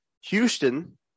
Houston